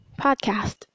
podcast